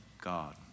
God